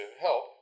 help